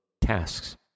tasks